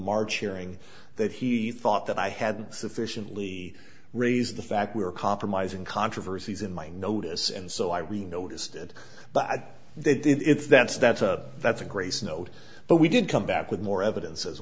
march hearing that he thought that i had sufficiently raised the fact we're compromising controversies in my notice and so i really noticed it but they did if that's that's a that's a grace note but we did come back with more evidence as